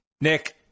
Nick